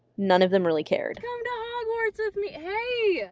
none of them really cared. come to hogwarts with me hey!